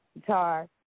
guitar